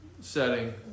setting